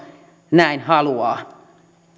näin haluaa